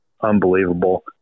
unbelievable